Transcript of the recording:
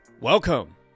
welcome